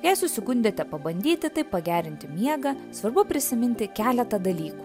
jei susigundėte pabandyti taip pagerinti miegą svarbu prisiminti keletą dalykų